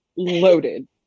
Loaded